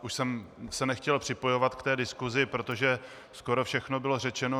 Už jsem se nechtěl připojovat k diskusi, protože skoro všechno bylo řečeno.